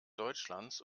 deutschlands